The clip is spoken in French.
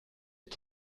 est